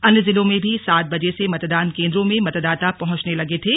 अन्य जिलों में भी सात बजे से मतदान केंद्रों में मतदाता पहुंचने लगे थे